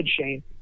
Shane